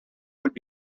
would